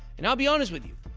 and i'll be honest with you.